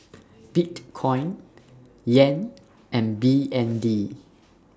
Bitcoin Yen and B N D